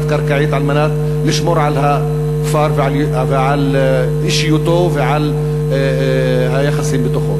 על מנת לשמור על הכפר ועל אישיותו ועל היחסים בתוכו.